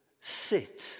sit